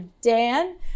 Dan